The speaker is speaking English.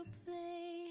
play